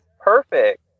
perfect